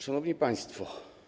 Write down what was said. Szanowni Państwo!